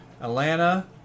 Atlanta